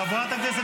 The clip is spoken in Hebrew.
תורידו את זה.